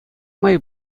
май